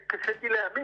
אני התקשיתי להאמין,